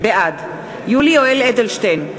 בעד יולי יואל אדלשטיין,